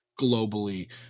globally